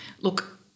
look